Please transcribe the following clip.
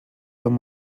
amb